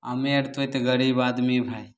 हमे आर तऽ गरीब आदमी भाइ